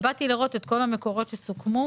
ובאתי לראות את כל המקורות שסוכמו,